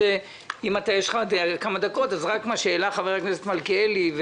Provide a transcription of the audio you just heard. שהעלה חבר הכנסת מלכיאלי,